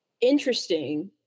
interesting